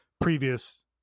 previous